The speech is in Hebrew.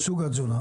סוג התזונה.